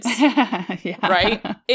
right